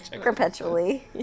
Perpetually